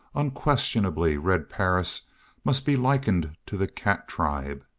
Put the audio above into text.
unquestionably red perris must be likened to the cat tribe.